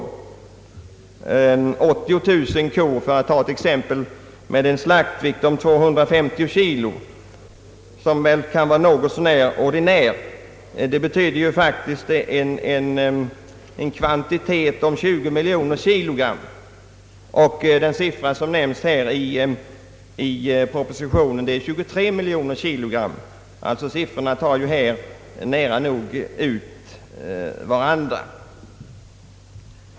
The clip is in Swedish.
39 000 kor, för att ta ett exempel, med en slaktvikt om 250 kg, som väl kan vara något så när ordinärt, betyder faktiskt en kvantitet av 20 miljoner kg, och den siffra som nämns här i propositionen är 23 miljoner kg. Siffrorna tar alltså nära nog ut varandra.